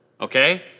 okay